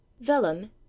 Vellum